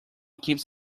keeps